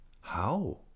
How